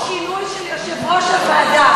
זה בעקבות שינוי של יושב-ראש הוועדה.